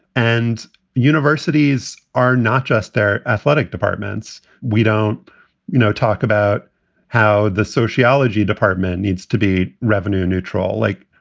and universities are not just their athletic departments. we don't you know talk about how the sociology department needs to be revenue neutral like.